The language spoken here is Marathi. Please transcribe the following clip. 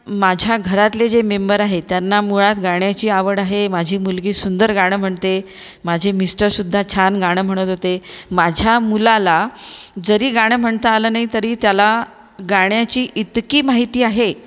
माझ्या घरातले जे मेंबर आहे त्यांना मुळात गाण्याची आवड आहे माझी मुलगी सुंदर गाणं म्हणते माझे मिस्टरसुद्धा छान गाणं म्हणत होते माझ्या मुलाला जरी गाणं म्हणता आलं नाही तरी त्याला गाण्याची इतकी माहिती आहे